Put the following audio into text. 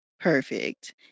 Perfect